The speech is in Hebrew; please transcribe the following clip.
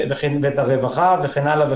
את הרווחה וכן הלאה.